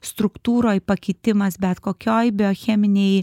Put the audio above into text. struktūroj pakitimas bet kokioj biocheminėj